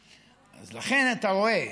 לכן, אתה רואה.